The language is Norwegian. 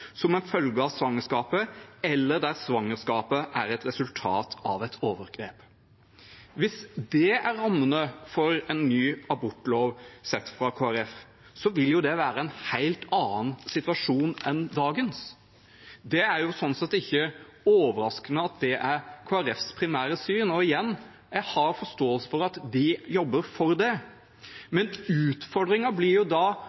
som en følge av svangerskapet, eller der svangerskapet er et resultat av et overgrep. Hvis dette er rammene for en ny abortlov sett fra Kristelig Folkepartis side, vil det være en helt annen situasjon enn dagens. Det er sånn sett ikke overraskende at dette er Kristelig Folkepartis primære syn, og igjen – jeg har forståelse for at de jobber for det, men utfordringen blir da: